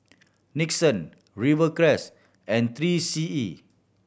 Nixon Rivercrest and Three C E